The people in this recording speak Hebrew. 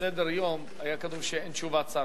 בסדר-היום היה כתוב שאין תשובת שר,